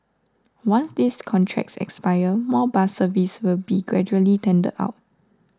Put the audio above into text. once these contracts expire more bus services will be gradually tendered out